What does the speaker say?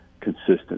consistent